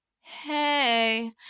hey